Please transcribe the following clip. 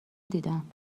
دیدم